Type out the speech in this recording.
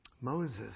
Moses